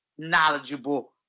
knowledgeable